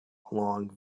along